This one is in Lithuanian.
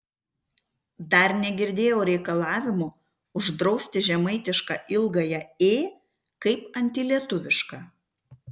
dar negirdėjau reikalavimo uždrausti žemaitišką ilgąją ė kaip antilietuvišką